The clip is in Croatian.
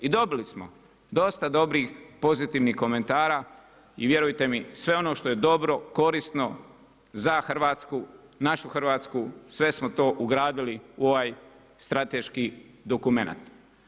I do bili smo dosta dobrih pozitivnih komentara i vjerujte mi, sve ono što je dobro, korisno za Hrvatsku, našu Hrvatsku, sve smo to ugradili u ovaj strateški dokumenat.